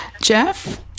Jeff